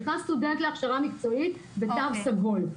נכנס סטודנט להכשרה מקצועית בתו סגול,